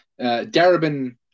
Darabin